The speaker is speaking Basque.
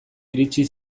iritsi